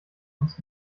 uns